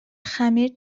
خمیر